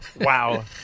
wow